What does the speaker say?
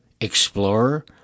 explorer